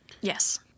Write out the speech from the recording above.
Yes